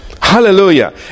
Hallelujah